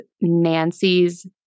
nancy's